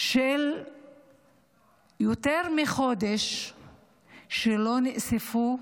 של יותר מחודש שלא נאספו,